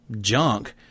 junk